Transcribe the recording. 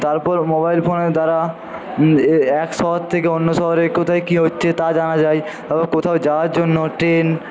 তারপর মোবাইল ফোনের দ্বারা এক শহর থেকে অন্য শহরে কোথায় কি হচ্ছে তা জানা যায় তারপর কোথাও যাওয়ার জন্য ট্রেন